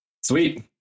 Sweet